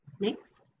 Next